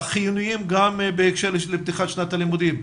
החיוניים גם בהקשר של פתיחת שנת הלימודים.